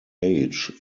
age